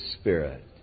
Spirit